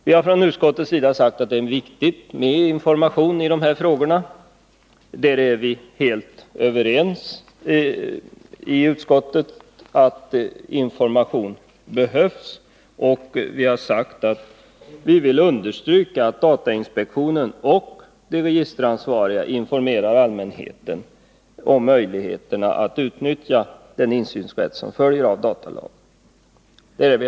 Vi har från utskottets sida sagt att det är viktigt med information i de här frågorna. Vi är helt överens om att information behövs, och vi vill understryka att datainspektionen och de registeransvariga skall informera allmänheten om möjligheterna att utnyttja den insynsrätt som följer av datalagen.